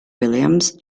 williams